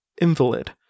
invalid